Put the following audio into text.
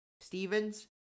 Stevens